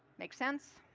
make sense?